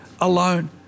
alone